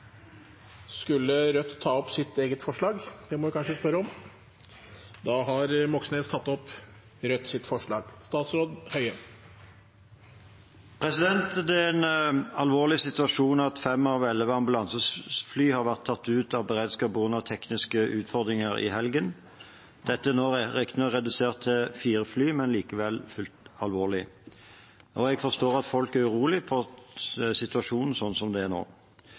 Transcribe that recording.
Skulle representanten fra Rødt ta opp sine egne forslag? Ja. Representanten Bjørnar Moxnes har tatt opp de forslagene han refererte til. Det er en alvorlig situasjon at fem av elleve ambulansefly har vært tatt ut av beredskap på grunn av tekniske utfordringer i helgen. Dette er nå riktignok redusert til fire fly, men det er like fullt alvorlig. Jeg forstår at folk er urolig for situasjonen sånn som det er nå.